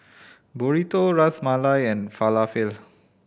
Burrito Ras Malai and Falafel